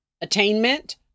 attainment